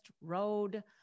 road